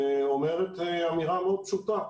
אמירה לא פשוטה.